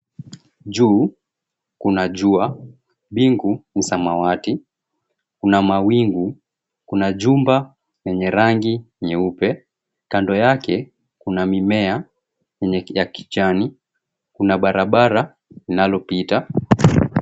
Juu kuna jua, mbingu ni samawati, kuna mawingu. Kuna jumba lenye rangi nyeupe, kando yake kuna mimea yenye ya kijani, kuna barabara linalopita.